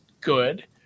good